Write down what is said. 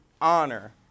honor